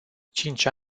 cinci